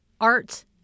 art